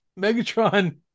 megatron